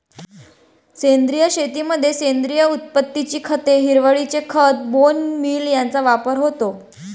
सेंद्रिय शेतीमध्ये सेंद्रिय उत्पत्तीची खते, हिरवळीचे खत, बोन मील यांचा वापर होतो